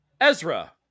Ezra